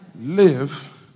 live